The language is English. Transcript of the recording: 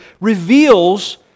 reveals